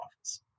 office